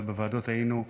אבל בוועדות היינו,